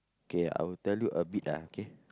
K I will tell you a bit ah K